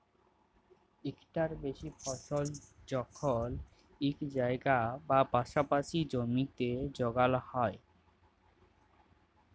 ইকটার বেশি ফসল যখল ইক জায়গায় বা পাসাপাসি জমিতে যগাল হ্যয়